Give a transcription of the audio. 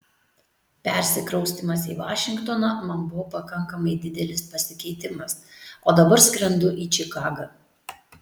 persikraustymas į vašingtoną man buvo pakankamai didelis pasikeitimas o dabar skrendu į čikagą